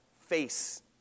face